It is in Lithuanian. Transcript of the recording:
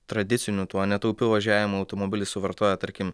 tradiciniu tuo netaupiu važiavimu automobilis suvartoja tarkim